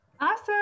Awesome